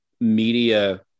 media